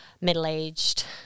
middle-aged